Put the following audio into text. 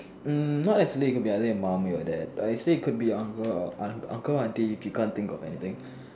um not necessary could be either your mum or your dad but actually could be your uncle or uncle or auntie if you can't think of anything